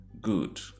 good